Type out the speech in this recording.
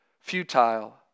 futile